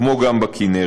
כמו גם בכינרת,